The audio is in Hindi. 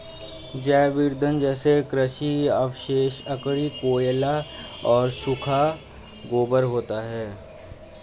जैव ईंधन जैसे कृषि अवशेष, लकड़ी, कोयला और सूखा गोबर होता है